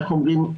איך אומרים,